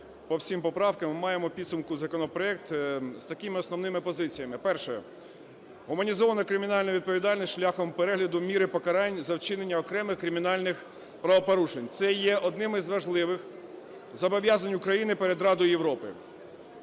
по всіх поправках і маємо в підсумку законопроект з такими основними позиціями. Перше. Гуманізовано кримінальну відповідальність шляхом перегляду міри покарань за вчинення окремих кримінальних правопорушень. Це є одним із важливих зобов'язань України перед Радою Європи.